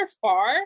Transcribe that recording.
far